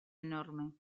enorme